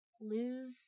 lose